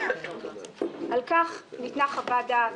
בבקשה לא להפריע יותר.